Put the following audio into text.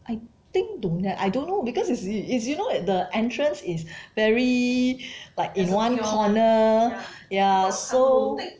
I think don't eh I don't know because it's is you know at the entrance is very like in one corner ya so